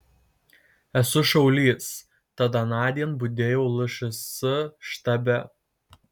esu šaulys tad anądien budėjau lšs štabe